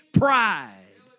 pride